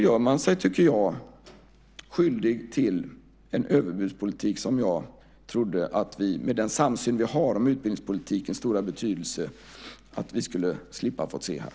När man gör det tycker jag att man gör sig skyldig till en överbudspolitik som jag trodde att vi, med den samsyn som vi har om utbildningspolitikens stora betydelse, skulle slippa få se här.